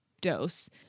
dose